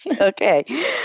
Okay